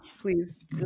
Please